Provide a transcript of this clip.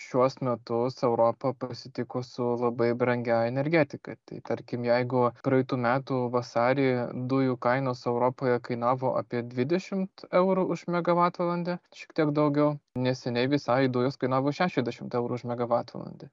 šiuos metus europa pasitiko su labai brangia energetika tai tarkim jeigu praeitų metų vasarį dujų kainos europoje kainavo apie dvidešim eurų už megavatvalandę šiek tiek daugiau neseniai visai dujos kainavo šešiasdešim eurų už megavatvalandę